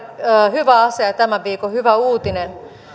hyvä asia ja tämän viikon hyvä uutinen